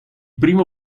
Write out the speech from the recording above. primo